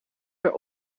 per